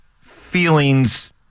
feelings